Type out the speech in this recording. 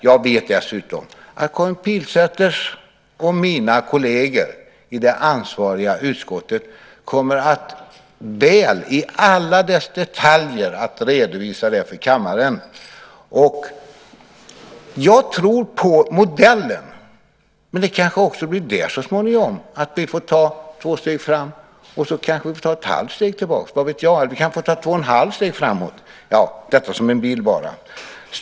Jag vet dessutom att Karin Pilsäters och mina kolleger i det ansvariga utskottet kommer att väl, i alla dess detaljer, redovisa förslaget för kammaren. Jag tror på modellen. Men vi kanske också där så småningom får ta två steg fram och sedan ett halvt steg tillbaks, vad vet jag? Eller så kanske vi får ta två och ett halvt steg framåt - detta som en bild bara.